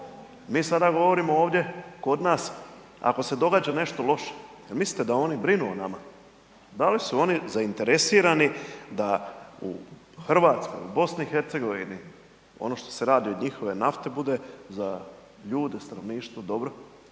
Mi sada govorimo ovdje kod nas ako se događa nešto loše, jel' mislite da oni brinu o nama? Da li su oni zainteresirani da u Hrvatskoj, u Bosni i Hercegovini, ono što se radi od njihove nafte bude za ljude, stanovništvo dobro?